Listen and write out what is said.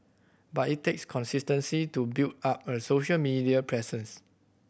but it takes consistency to build up a social media presence